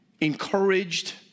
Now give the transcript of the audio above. encouraged